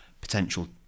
potential